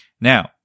Now